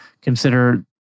consider